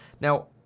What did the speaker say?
Now